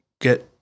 get